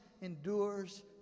endures